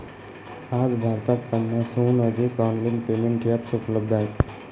आज भारतात पन्नासहून अधिक ऑनलाइन पेमेंट एप्स उपलब्ध आहेत